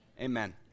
Amen